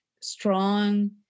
strong